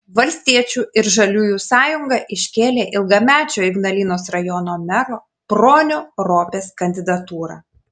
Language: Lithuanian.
valstiečių ir žaliųjų sąjunga iškėlė ilgamečio ignalinos rajono mero bronio ropės kandidatūrą